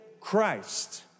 Christ